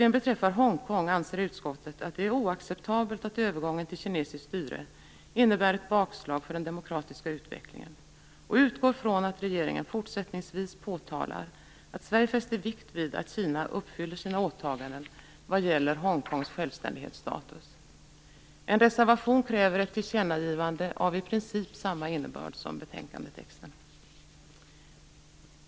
Vad beträffar Hongkong anser utskottet att det är oacceptabelt att övergången till kinesiskt styre innebär ett bakslag för den demokratiska utvecklingen och utgår från att regeringen fortsättningsvis påtalar att Sverige fäster vikt vid att Kina uppfyller sina åtaganden vad gäller Hongkongs självständighetsstatus. En reservation kräver ett tillkännagivande som i princip har samma innebörd som betänkandetexten.